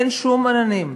אין שום עננים,